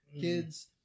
kids